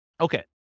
Okay